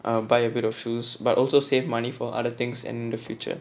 um buy a bit of shoes but also save money for other things and the future